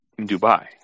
Dubai